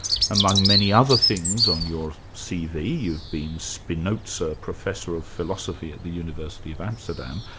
among many other things on your c. v. you've been spinoza professor of philosophy at the university of amsterdam,